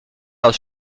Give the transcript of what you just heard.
aus